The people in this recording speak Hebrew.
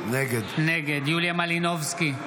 נגד יוליה מלינובסקי,